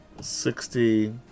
sixty